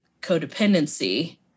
codependency